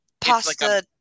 Pasta